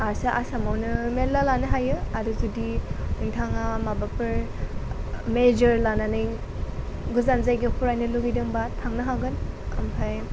आर्ट्सा आसामावनो मेरला लानो हायो आरो जुदि नोंथाङा माबाफोर मेजर लानानै गोजान जायगायाव फरायनो लुबैदोंब्ला थांनो हागोन ओमफ्राय